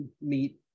meet